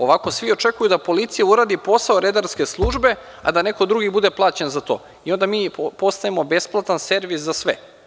Ovako svi očekuju da policija uradi posao redarske službe, a da neko drugi bude plaćen za to i onda mi postajemo besplatan servis za sve.